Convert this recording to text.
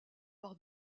par